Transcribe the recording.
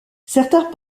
certains